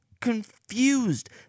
confused